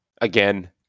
again